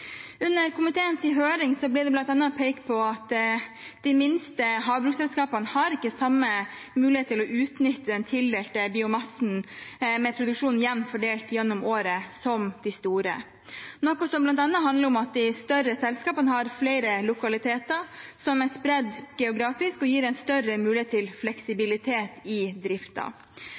Under komiteens høring ble det bl.a. pekt på at de minste havbruksselskapene ikke har samme mulighet som de store til å utnytte den tildelte biomassen med produksjon jevnt fordelt gjennom året, noe som bl.a. handler om at de større selskapene har flere lokaliteter som er spredd geografisk, og som gir en større mulighet til fleksibilitet i